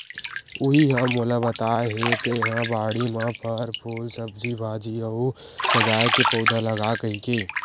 उहीं ह मोला बताय हे तेंहा बाड़ी म फर, फूल, सब्जी भाजी अउ सजाय के पउधा लगा कहिके